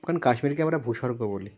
কারণ কাশ্মীরকে আমরা ভূস্বর্গ বলি